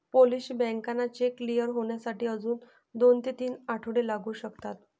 Polish बँकांना cheque clear होण्यासाठी अजून दोन ते तीन आठवडे लागू शकतात